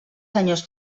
senyors